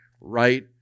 right